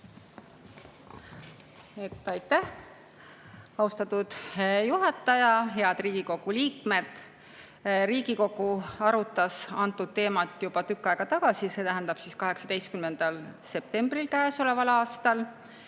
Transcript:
Aitäh, austatud juhataja! Head Riigikogu liikmed! Riigikogu arutas antud teemat juba tükk aega tagasi, see tähendab 18. septembril [möödunud] aastal.